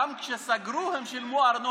גם כשסגרו, הם, החדשים האלה, שילמו ארנונה.